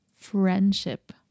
friendship